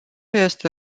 este